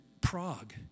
Prague